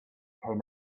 came